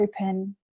open